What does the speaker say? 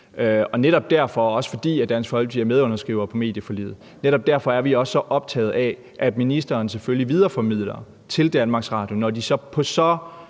Netop derfor, også fordi Dansk Folkeparti er medunderskriver af medieforliget, er vi også så optaget af, at ministeren selvfølgelig videreformidler til DR – når de på så